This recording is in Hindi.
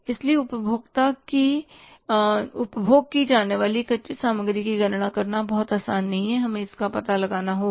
इसलिए उपभोग की जाने वाली कच्ची सामग्री की गणना करना बहुत आसान नहीं है हमें इसका पता लगाना होगा